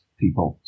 people